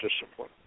discipline